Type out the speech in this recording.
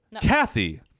kathy